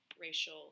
racial